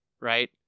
right